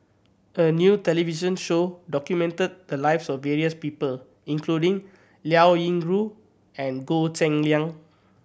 a new television show documented the lives of various people including Liao Yingru and Goh Cheng Liang